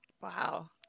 Wow